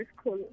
school